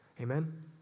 Amen